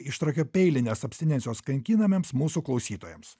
ištraukiapeilnės abstinencijos kankinamiems mūsų klausytojams